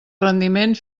rendiment